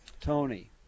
Tony